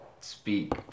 speak